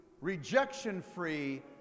rejection-free